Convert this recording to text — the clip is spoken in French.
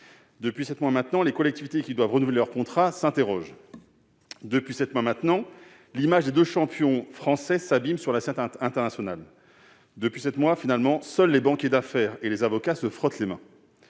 Depuis sept mois maintenant, les collectivités qui doivent renouveler leur contrat s'interrogent. Depuis sept mois maintenant, l'image des deux champions français s'abîme sur la scène internationale. Depuis sept mois, finalement, seuls les banquiers d'affaires et les avocats se frottent les mains.